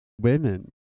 women